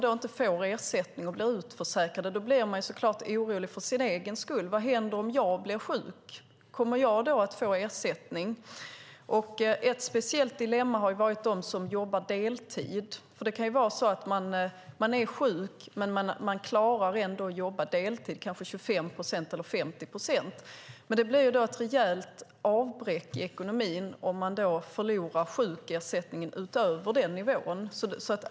Det kan vara människor i ens närhet. Då blir man så klart orolig för sin egen skull. Vad händer om jag blir sjuk? Kommer jag då att få ersättning? Ett speciellt dilemma har varit de som jobbar deltid. Det kan vara så att man är sjuk men ändå klarar att jobba deltid, kanske 25 eller 50 procent. Det blir ett rejält avbräck i ekonomin om man förlorar sjukersättningen utöver den nivån.